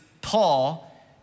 Paul